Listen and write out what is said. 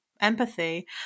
empathy